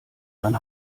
man